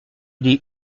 des